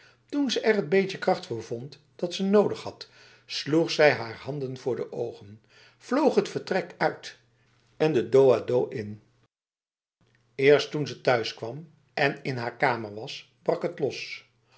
toen ze er het beetje kracht voor vond dat ze nodig had sloeg zij haar handen voor de oren vloog het vertrek uit en de dos a dos in eerst toen ze thuiskwam en in haar kamer was brak het los